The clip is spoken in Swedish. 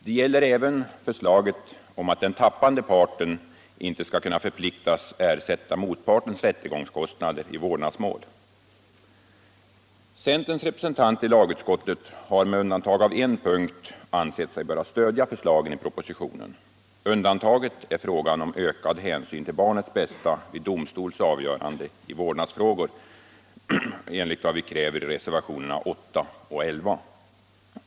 Det gäller även förslaget om att den tappande parten inte skall kunna förpliktas ersätta motpartens rättegångskostnader i vårdnadsmål. Centerns representanter i lagutskottet har med undantag av en punkt ansett sig böra stödja förslagen i propositionen. Undantaget är frågan om ökad hänsyn till barnets bästa vid domstols avgörande i vårdnadsfrågor enligt vad vi kräver i reservationerna 8 och 11.